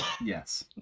yes